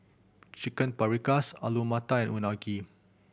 Chicken Paprikas Alu Matar and Unagi